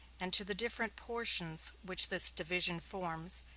and to the different portions which this division forms,